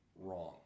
wrong